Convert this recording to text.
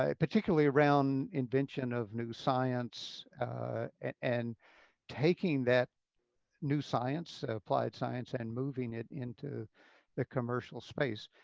ah particularly around invention of new science and taking that new science, applied science and moving it into the commercial space.